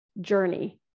journey